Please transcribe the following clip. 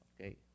Okay